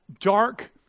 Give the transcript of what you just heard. dark